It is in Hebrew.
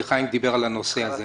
כי הוא דיבר על הנושא הזה.